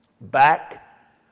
Back